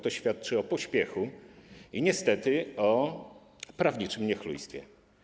To świadczy o pośpiechu i niestety o prawniczym niechlujstwie.